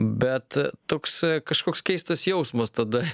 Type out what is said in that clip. bet toks kažkoks keistas jausmas tada